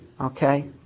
Okay